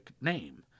name